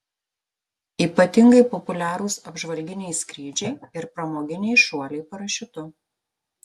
ypatingai populiarūs apžvalginiai skrydžiai ir pramoginiai šuoliai parašiutu